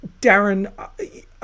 Darren